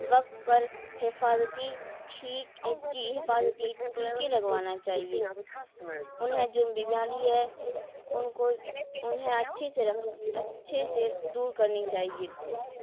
وقت پر حفاظتی ٹھیک اٹی حفاظتی ٹیکے لگوانا چاہیے انہیں جو بیماری ہے ان کو انہیں اچھے سے رکھ اچھے سے دور کرنی چاہیے